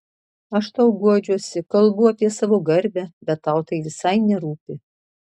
aš tau guodžiuosi kalbu apie savo garbę bet tau tai visai nerūpi